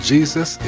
Jesus